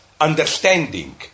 understanding